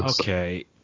okay